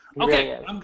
okay